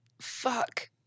Fuck